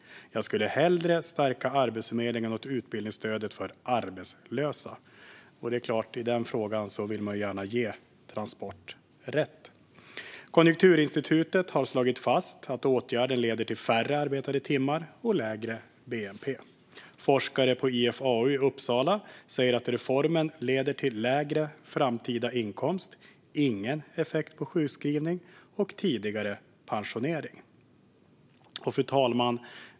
Jag skulle hellre stärka Arbetsförmedlingen och utbildningsstödet för arbetslösa." Det är klart att man i den frågan gärna vill ge Transport rätt. Konjunkturinstitutet har slagit fast att åtgärden leder till färre arbetade timmar och lägre bnp. Forskare på IFAU i Uppsala säger att reformen leder till lägre framtida inkomst och tidigare pensionering men inte till någon effekt på sjukskrivning. Fru talman!